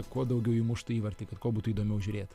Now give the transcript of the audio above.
kuo daugiau įmuštų įvartį kad kuo būtų įdomiau žiūrėti